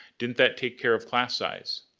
didn't that take care of class size?